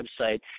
website